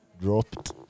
dropped